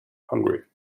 hungary